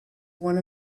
one